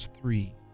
Three